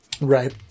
Right